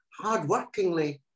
hardworkingly